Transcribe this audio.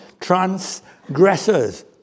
transgressors